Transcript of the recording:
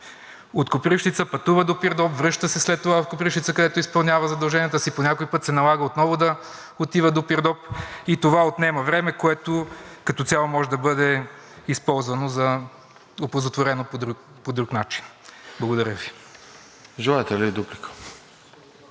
От Копривщица пътуват до Пирдоп, връщат се след това в Копривщица, където изпълняват задълженията си, а по някой път се налага отново да отиват до Пирдоп и това отнема време, което като цяло може да бъде оползотворено по друг начин. Благодаря Ви. ПРЕДСЕДАТЕЛ